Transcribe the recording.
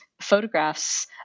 photographs